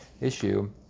issue